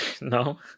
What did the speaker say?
No